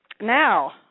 Now